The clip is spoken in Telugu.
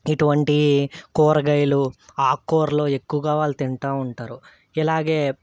ఇటువంటివి కూరగాయలు ఆకుకూరలు ఎక్కువగా వాళ్ళు తింటూ ఉంటారు ఇలాగే